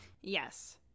yes